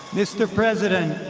mr. president,